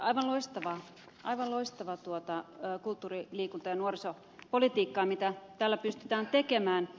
tämä on aivan loistavaa kulttuuri liikunta ja nuorisopolitiikkaa mitä täällä pystytään tekemään